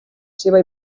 seva